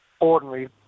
ordinary